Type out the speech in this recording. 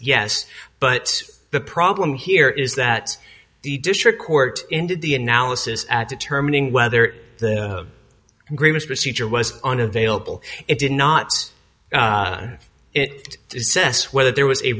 yes but the problem here is that the district court ended the analysis at determining whether the agreements procedure was unavailable it did not it says whether there was a